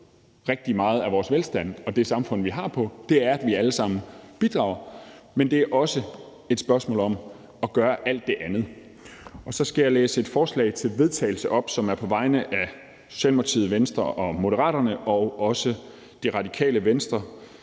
rigtig meget af vores velstand og det samfund, vi har, på, nemlig ved at vi alle sammen bidrager, men det er også et spørgsmål om at gøre alt det andet. Så skal jeg læse et forslag til vedtagelse op, som er på vegne af Socialdemokratiet, Venstre og Moderaterne og også Det Radikale Venstre,